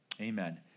Amen